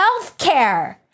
healthcare